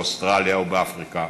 באוסטרליה ובאפריקה,